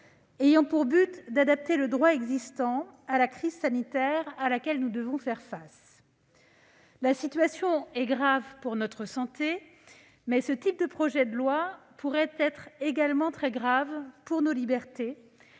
ayant pour but d'adapter le droit existant à la crise sanitaire à laquelle nous devons faire face. La situation est grave pour notre santé, mais ce type de projet de loi pourrait être également très grave pour nos libertés